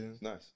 nice